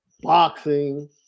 boxing